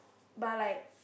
but like